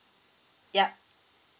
yup